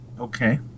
Okay